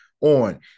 on